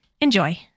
enjoy